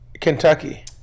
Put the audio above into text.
Kentucky